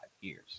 years